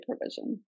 provision